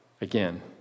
again